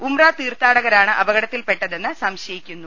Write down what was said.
ഉംറ തീർത്ഥാട കരാണ് അപകടത്തിൽപ്പെട്ടതെന്ന് സംശയിക്കുന്നു